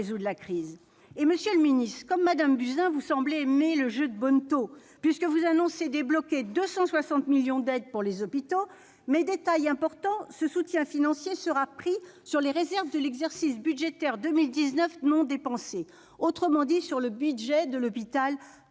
la crise. Monsieur le ministre, comme Mme Buzyn, vous semblez aimer le jeu de bonneteau : vous annoncez « débloquer 260 millions d'euros d'aides pour les hôpitaux », mais, détail important, ce soutien financier sera pris sur les « réserves de l'exercice budgétaire 2019 non dépensées », autrement dit, sur le budget de l'hôpital